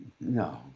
no